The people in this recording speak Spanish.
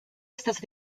estas